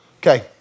Okay